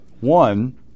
One